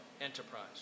enterprise